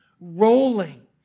rolling